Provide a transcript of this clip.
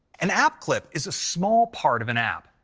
an app clip is a small part of an app.